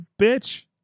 bitch